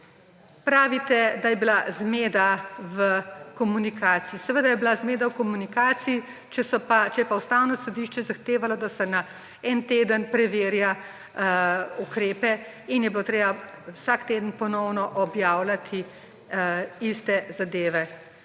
Pravite, da je bila zmeda v komunikaciji. Seveda je bila zmeda v komunikaciji, če je pa Ustavno sodišče zahtevalo, da se na en teden preverja ukrepe; in je bilo treba vsak teden ponovno objavljati iste zadeve.